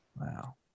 Wow